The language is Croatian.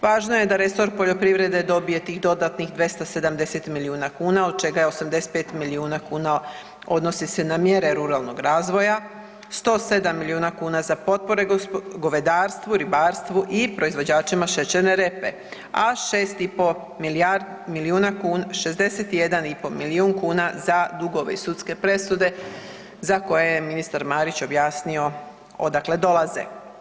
Važno je da resor poljoprivrede dobije tih dodatnih 270 milijuna kuna od čega je 85 milijuna kuna odnosi se na mjere ruralnog razvoja, 107 milijuna kuna za potpore govedarstvu, ribarstvu i proizvođačima šećerne repe a 61 i pol milijun kuna za dugove i sudske presude za koje je ministar Marić objasnio odakle dolaze.